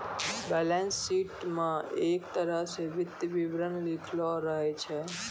balance sheet म एक तरह स वित्तीय विवरण लिखलो रहै छै